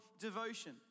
devotion